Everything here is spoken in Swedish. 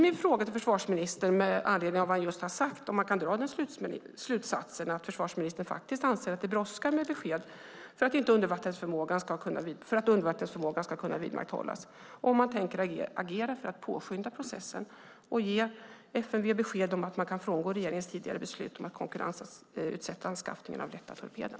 Min fråga till försvarsministern med anledning av vad han just sagt blir om man kan dra slutsatsen att försvarsministern anser att det brådskar med besked för att undervattensförmågan ska kunna vidmakthållas. Tänker han agera för att påskynda processen och ge FMV besked om att man kan frångå regeringens tidigare beslut om att konkurrensutsätta anskaffningen av den lätta torpeden?